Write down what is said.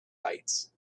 lights